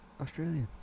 Australia